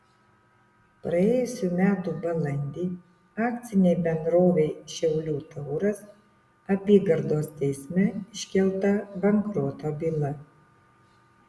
praėjusių metų balandį akcinei bendrovei šiaulių tauras apygardos teisme iškelta bankroto byla